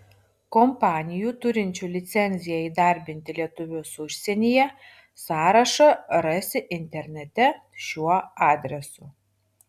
kompanijų turinčių licenciją įdarbinti lietuvius užsienyje sąrašą rasi internete šiuo adresu